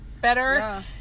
better